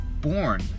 born